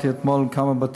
יש הרבה פצועים.